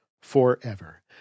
forever